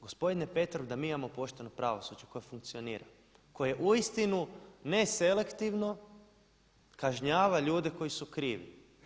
Gospodine Petrov da mi imamo pošteno pravosuđe koje funkcionira koje je uistinu neselektivno kažnjava ljude koji su krivi.